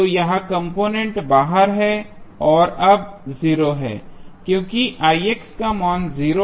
तो यह कम्पार्टमेंट बाहर है यह अब 0 है क्योंकि मान 0 है